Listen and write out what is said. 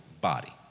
body